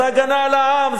זה הגנה על העם,